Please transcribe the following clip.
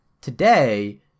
today